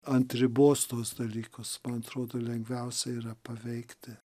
ant ribos tuos dalykus man atrodo lengviausia yra paveikti